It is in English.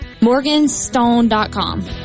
Morganstone.com